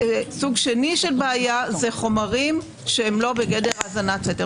וסוג שני של בעיה זה חומרים שהם לא בגדר האזנת סתר.